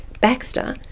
baxter,